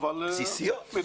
בסיסיות.